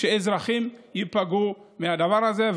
שאזרחים ייפגעו מהדבר הזה.